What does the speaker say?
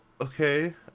okay